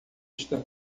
está